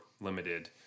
limited